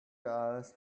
hours